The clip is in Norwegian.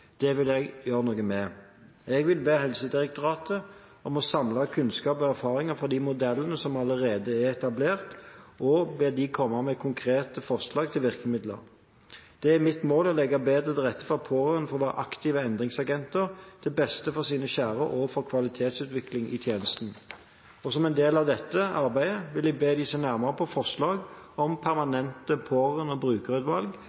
vil jeg gjøre noe med. Jeg vil be Helsedirektoratet om å samle kunnskap og erfaringer fra de modellene som allerede er etablert, og be dem komme med konkrete forslag til virkemidler. Det er mitt mål å legge bedre til rette for at pårørende får være aktive endringsagenter til beste for sine kjære og for kvalitetsutvikling i tjenesten. Som en del av dette arbeidet vil jeg be dem se nærmere på forslaget om